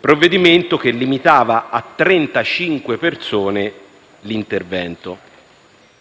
provvedimento così formulato limitava l'intervento